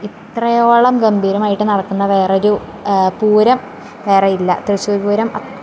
ഇത്രയോളം ഗംഭീരമായിട്ട് നടത്തുന്ന വേറൊരു പൂരം വേറെ ഇല്ല തൃശ്ശൂർ പൂരം അത്രയും